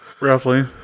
roughly